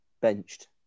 benched